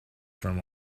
from